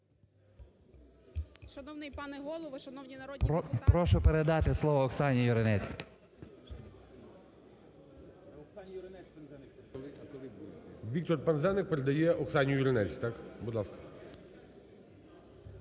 Прошу передати слово Оксані Юринець. ГОЛОВУЮЧИЙ. Віктор Пинзеник передає Оксані Юринець Так? Будь ласка.